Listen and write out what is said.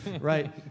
right